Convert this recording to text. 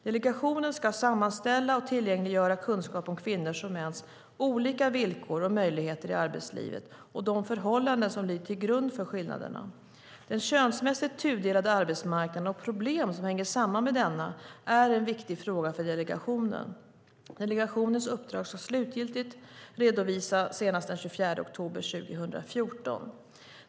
Delegationen ska sammanställa och tillgängliggöra kunskap om kvinnors och mäns olika villkor och möjligheter i arbetslivet och de förhållanden som ligger till grund för skillnaderna. Den könsmässigt tudelade arbetsmarknaden och problem som hänger samman med denna är en viktig fråga för delegationen. Delegationens uppdrag ska slutligt redovisas senast den 24 oktober 2014.